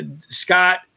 Scott